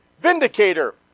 vindicator